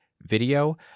video